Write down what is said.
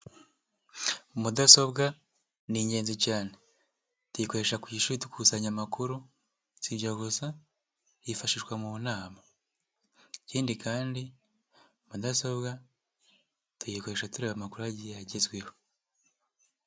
Mudasobwa ni ingenzi cyane. Tuyikoresha ku ishuri dukusanya amakuru, si ibyo gusa, yifashishwa mu nama. Ikindi kandi, mudasobwa tuyikoresha tureba amakuru agiye agezweho.